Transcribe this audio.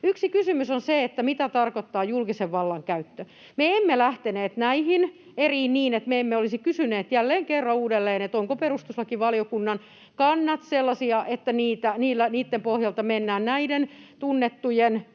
Yksi kysymys on se, mitä tarkoittaa julkisen vallan käyttö. Me emme lähteneet näihin eriin niin, että me emme olisi kysyneet jälleen kerran uudelleen, ovatko perustuslakivaliokunnan kannat sellaisia, että niitten pohjalta mennään näiden tunnettujen